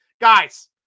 Guys